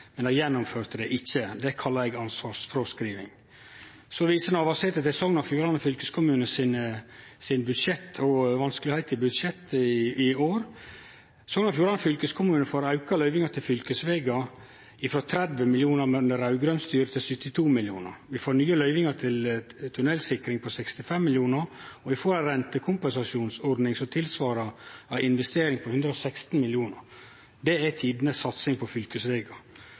men dei gjennomførte det ikkje. Det kallar eg ansvarsfråskriving. Så viser Navarsete til budsjetta til Sogn og Fjordane fylkeskommune og vanskar med budsjettet i år. Sogn og Fjordane fylkeskommune får auka løyvinga til fylkesvegar – frå 30 mill. kr under det raud-grøne styret til 72 mill kr. Vi får nye løyvingar til tunnelsikring på 65 mill. kr, og vi får ei rentekompensasjonsordning som svarar til ei investering på 116 mill. kr. Det er tidenes satsing på